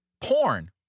porn